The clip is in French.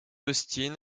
austin